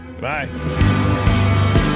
Bye